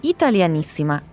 Italianissima